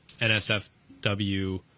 NSFW